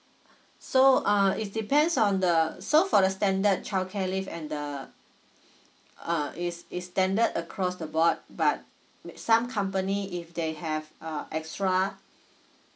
so uh it's depends on the so for the standard childcare leave and the uh is is standard across the board but with some company if they have uh extra